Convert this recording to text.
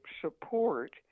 support